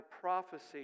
prophecy